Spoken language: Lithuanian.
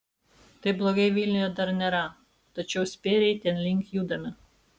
taip blogai vilniuje dar nėra tačiau spėriai tenlink judame